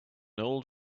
old